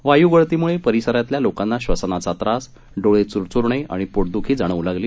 वायू गळतीमुळे परिसरातल्या लोकांना बसनाचा त्रास डोळे चुरचुरणे आणि पोटदूखी जाणवू लागली